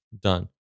Done